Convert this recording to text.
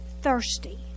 thirsty